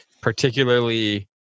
particularly